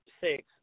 six